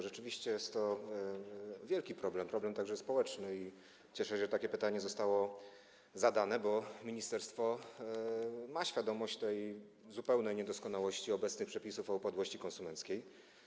Rzeczywiście jest to wielki problem, problem także społeczny i cieszę się, że takie pytanie zostało zadane, bo ministerstwo ma świadomość zupełnej niedoskonałości obecnych przepisów o upadłości konsumenckiej.